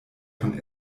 von